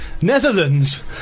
Netherlands